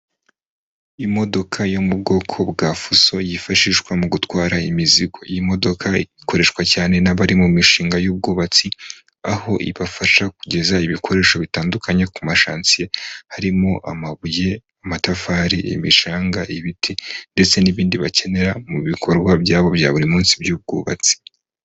Imodoka yo mu bwoko bwa fuso yifashishwa mu gutwara imizigo, iyi modoka ikoreshwa cyane n'abari mu mishinga y'ubwubatsi, aho ibafasha kugeza ibikoresho bitandukanye ku mashansiye harimo amabuye, amatafari, imicanga, ibiti ndetse n'ibindi bakenera mu bikorwa byabo bya buri munsi by'ubwubatsi.